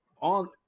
on